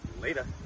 Later